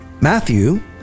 Matthew